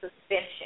suspension